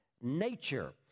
nature